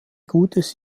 gutes